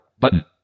button